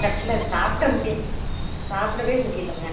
கடைசியில் அது சாப்பிட முடி சாப்பிடவே முடியலைங்க